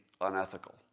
unethical